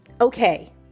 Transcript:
Okay